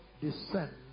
descend